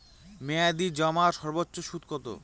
মেয়াদি জমার সর্বোচ্চ সুদ কতো?